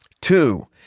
Two